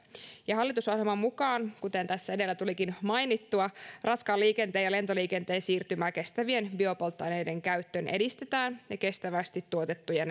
hallitusohjelman mukaan kuten tässä edellä tulikin mainittua raskaan liikenteen ja lentoliikenteen siirtymää kestävien biopolttoaineiden käyttöön edistetään eli kestävästi tuotettuja